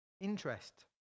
interest